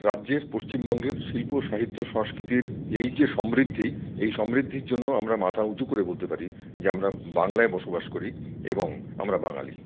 রাজ্যের পশ্চিমবঙ্গের শিল্প সাহিত্য সংস্কৃতির এই যে সমৃদ্ধি এই সমৃদ্ধির জন্য আমরা মাথা উঁচু করে বলতে পারি যে আমরা বাংলায় বস বাস করি এবং আমরা বাঙালি